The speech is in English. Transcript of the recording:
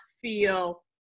feel